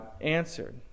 answered